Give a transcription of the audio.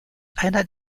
einer